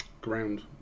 ground